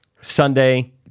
sunday